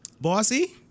Bossy